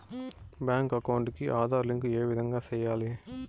Bank account కి Aadhaar link ఏ విధంగా సెయ్యాలి?